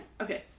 okay